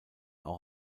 auch